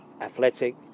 athletic